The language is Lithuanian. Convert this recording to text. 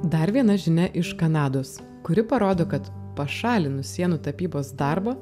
dar viena žinia iš kanados kuri parodo kad pašalinus sienų tapybos darbą